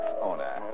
owner